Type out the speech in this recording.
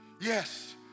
Yes